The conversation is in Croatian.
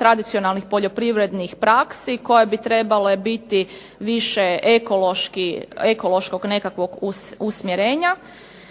Tradicionalnih poljoprivrednih praksi koje bi trebale biti ekološkog nekakvog usmjerenja,